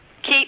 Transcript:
Keep